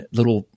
little